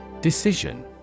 Decision